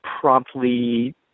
promptly